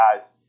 guys